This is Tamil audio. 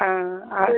ஆ அது